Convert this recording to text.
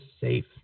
safe